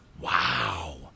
Wow